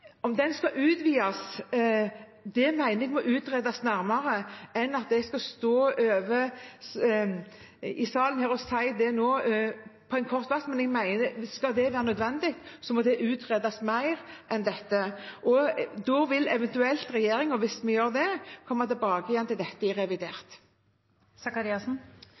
om det på kort varsel. Skal det være nødvendig, må det utredes mer enn dette. Da vil eventuelt regjeringen – hvis vi gjør det – komme tilbake igjen til dette i